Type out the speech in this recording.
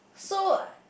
so